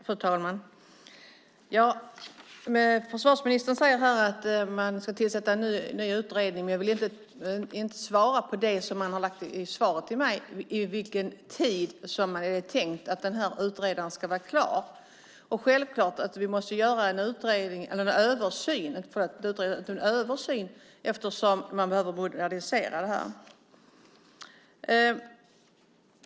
Fru talman! Försvarsministern säger att man ska tillsätta en ny utredning och vill inte svara på frågan vid vilken tid det är tänkt att utredaren ska vara klar. Det är självklart att vi måste göra en översyn, eftersom det här behöver moderniseras.